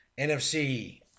NFC